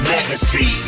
Legacy